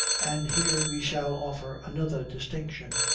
and here we shall offer another distinction,